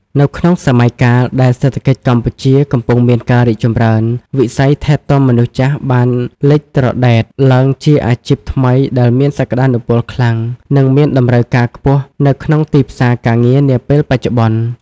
នៅក្នុងសម័យកាលដែលសេដ្ឋកិច្ចកម្ពុជាកំពុងមានការរីកចម្រើន វិស័យថែទាំមនុស្សចាស់បានលេចត្រដែតឡើងជាអាជីពថ្មីដែលមានសក្តានុពលខ្លាំង និងមានតម្រូវការខ្ពស់នៅក្នុងទីផ្សារការងារនាពេលបច្ចុប្បន្ន។